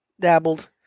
Dabbled